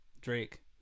drake